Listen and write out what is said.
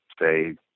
say